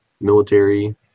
military